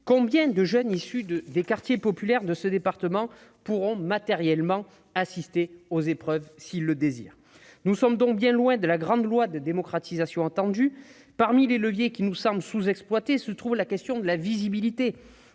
combien de jeunes issus des quartiers populaires de ce département pourront matériellement assister à ces épreuves, s'ils le désirent ? Très bien ! Nous sommes donc bien loin de la grande loi de démocratisation attendue. Parmi les leviers qui nous semblent sous-exploités se trouve la question de la visibilité.